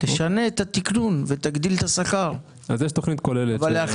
תשנה את התקנון ותגדיל את השכר אבל להחזיק